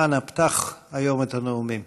אנא פתח היום את הנאומים.